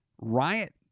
riot